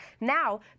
Now